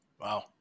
Wow